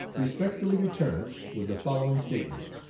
respectfully returned with the following statement